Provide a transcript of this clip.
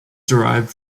derived